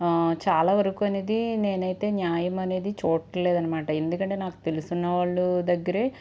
చాలా వరకూ అయితే నేనైతే న్యాయమనేది చూడట్లేదు అనమాట ఎందుకంటే నాకు తెలిసున్న వాళ్ళ దగ్గరే